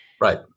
Right